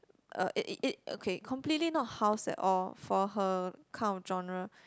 uh it it it okay completely not house at all for her kind of genre